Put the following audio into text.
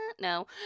no